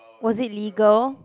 was it legal